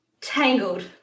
Tangled